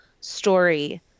story